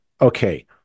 okay